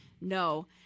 No